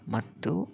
ಮತ್ತು